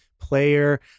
player